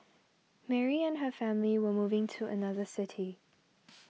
Mary and her family were moving to another city